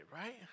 right